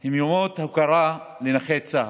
הם ימי הוקרה לנכי צה"ל,